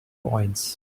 points